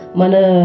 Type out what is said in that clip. mana